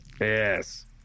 Yes